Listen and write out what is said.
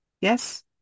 Yes